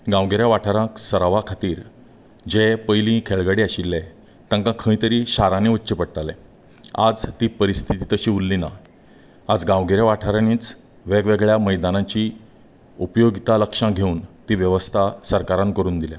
गांवगिऱ्या वाठारांत सरावा खातीर जे पयली खेळगडे आशिल्ले तांकां खंय तरी शारांनी वच्चे पडटालें आज ती परिस्थिती तशी उरली ना आयज गांवगिऱ्या वाठारांनीच वेगवेगळ्या मैदानाची उपयोगिता लक्षांत घेवन ती वेवस्था सरकारान करून दिल्या